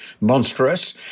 monstrous